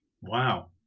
Wow